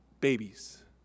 Babies